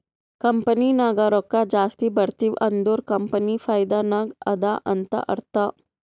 company ನಾಗ್ ರೊಕ್ಕಾ ಜಾಸ್ತಿ ಬರ್ತಿವ್ ಅಂದುರ್ ಕಂಪನಿ ಫೈದಾ ನಾಗ್ ಅದಾ ಅಂತ್ ಅರ್ಥಾ